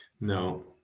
no